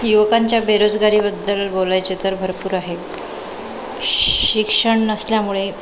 युवकांच्या बेरोजगारीबद्दल बोलायचे तर भरपूर आहे शिक्षण नसल्यामुळे